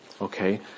Okay